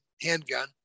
handgun